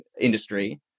industry